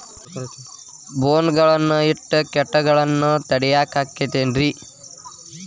ಬೋನ್ ಗಳನ್ನ ಇಟ್ಟ ಕೇಟಗಳನ್ನು ತಡಿಯಾಕ್ ಆಕ್ಕೇತೇನ್ರಿ?